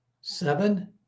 Seven